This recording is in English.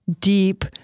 deep